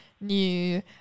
new